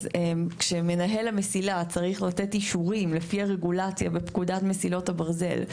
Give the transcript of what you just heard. אז כשמנהל המסילה צריך לתת אישורים לפי הרגולציה בפקודת מסילות הברזל,